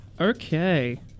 Okay